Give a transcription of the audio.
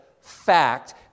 fact